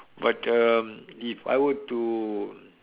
but um if I were to